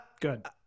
good